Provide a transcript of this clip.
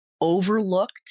overlooked